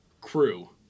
Crew